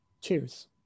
Cheers